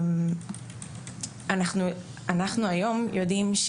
אנחנו היום יודעים להגיד,